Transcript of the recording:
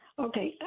Okay